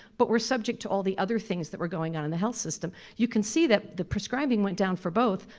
but were subject to all the other things that were going on in the health system, you can see that the prescribing went down for both,